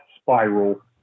spiral